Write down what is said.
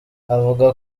avuga